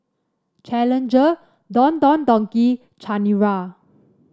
Challenger Don Don Donki Chanira